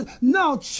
No